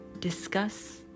Discuss